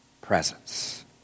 presence